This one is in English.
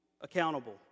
accountable